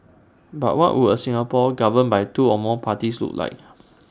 but what would A Singapore governed by two or more parties look like